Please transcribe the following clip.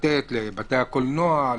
לתת לבתי הקולנוע,